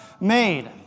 made